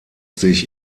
sich